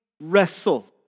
wrestle